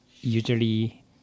usually